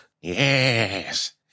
Yes